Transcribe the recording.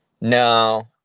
No